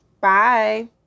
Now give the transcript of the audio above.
Bye